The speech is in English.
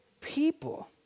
people